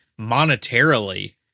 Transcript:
monetarily